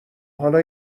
حالا